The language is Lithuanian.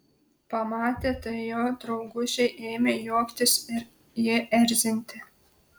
pamatę tai jo draugužiai ėmė juoktis ir jį erzinti